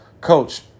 Coach